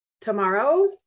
tomorrow